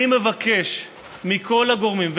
אני מבקש מכל הגורמים,